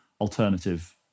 alternative